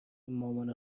مامان